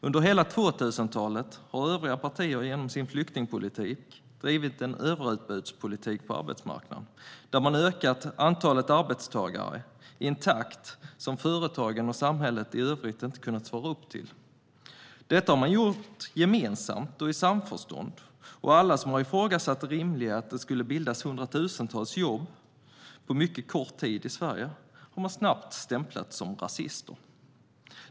Under hela 2000-talet har övriga partier genom sin flyktingpolitik bedrivit en överutbudspolitik på arbetsmarknaden där man har ökat antalet arbetstagare i en takt som företagen och samhället i övrigt inte har kunnat svara upp till. Detta har man gjort gemensamt och i samförstånd, och alla som har ifrågasatt det rimliga i att det skulle bildas 100 000-tals jobb på mycket kort tid i Sverige har man snabbt stämplat som rasister.